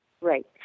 Right